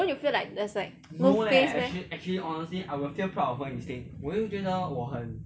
won't you feel like there's like no face meh